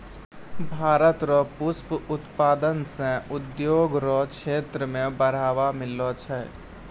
भारत रो पुष्प उत्पादन से उद्योग रो क्षेत्र मे बढ़ावा मिललो छै